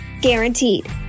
Guaranteed